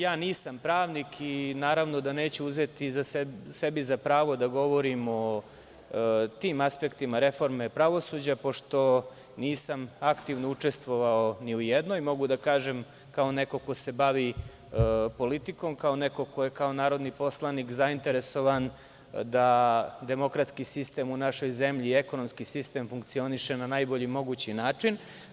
Ja nisam pravnik i naravno da neću uzeti sebi za pravo da govorim o tim aspektima reforme pravosuđa, pošto nisam aktivno učestvovao ni u jednoj, mogu da kažem kao neko ko se bavi politikom, kao neko ko je kao narodni poslanik zainteresovan da demokratski sistem u našoj zemlji, i ekonomski sistem, funkcioniše na najbolji mogući način.